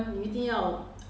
teamwork